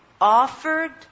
offered